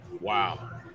Wow